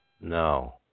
No